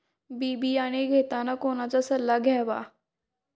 बी बियाणे घेताना कोणाचा सल्ला घ्यावा?